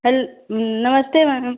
हल नमस्ते मैडम